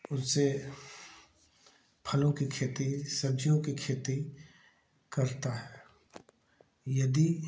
उस से फलो की खेती सब्जियों की खेती करता है यदि